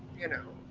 you know?